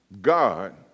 God